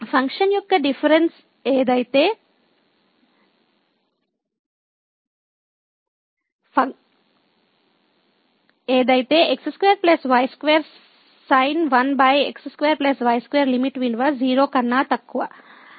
function యొక్క difference ఏదైతే x2y2 sin1x2y2 limit విలువ 0 కన్నా తక్కువ